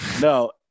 No